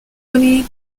money